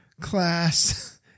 class